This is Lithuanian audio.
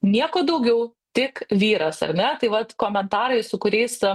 nieko daugiau tik vyras ar ne tai vat komentarai su kuriais